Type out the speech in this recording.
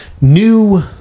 new